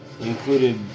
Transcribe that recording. Included